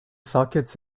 sockets